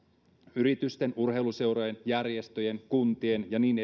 yritysten urheiluseurojen järjestöjen kuntien ja niin